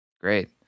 Great